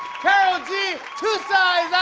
karol g! tusa